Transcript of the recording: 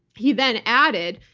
he then added,